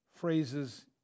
phrases